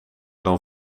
dan